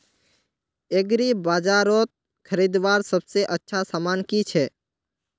एग्रीबाजारोत खरीदवार सबसे अच्छा सामान की छे?